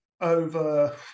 over